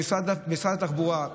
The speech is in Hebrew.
משרד התחבורה,